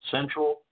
Central